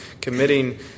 committing